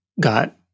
got